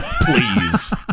Please